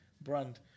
brand